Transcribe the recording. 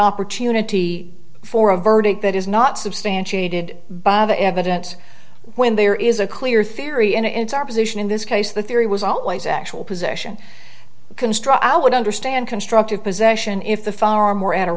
opportunity for a verdict that is not substantiated by the evidence when there is a clear theory and it's our position in this case the theory was always actual possession construct i would understand constructive possession if the far more at a